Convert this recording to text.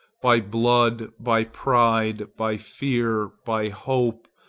by blood, by pride, by fear, by hope,